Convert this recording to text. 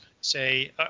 say